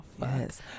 Yes